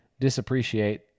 disappreciate